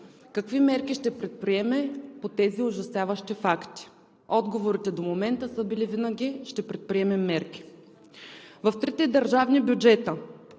какви мерки ще предприеме по тези ужасяващи факти. Отговорите до момента винаги са били: „Ще предприемем мерки.“ В трите държавни бюджета,